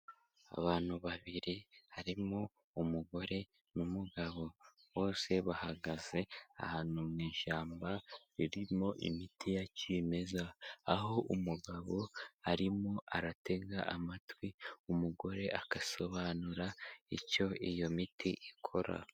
Abantu babiri harimo umugore n'umugabo. Bose bahagaze ahantu mu ishyamba ririmo imiti ya cyimeza. Aho umugabo arimo aratega amatwi, umugore agasobanura icyo iyo miti ikora.